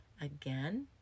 again